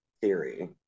theory